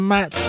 Matt